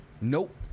Nope